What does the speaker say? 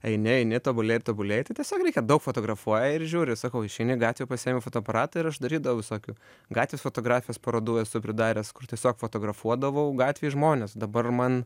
eini eini tobulėji ir tobulėji tai tiesiog reikia daug fotografuoji ir žiūri sakau išeini į gatvę pasiimi fotoaparatą ir aš darydavau visokių gatvės fotografijos parodų esu pridaręs kur tiesiog fotografuodavau gatvėj žmonės dabar man